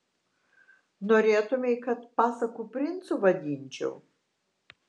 norėtumei kad pasakų princu vadinčiau